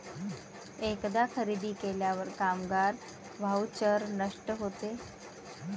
एकदा खरेदी केल्यावर कामगार व्हाउचर नष्ट होते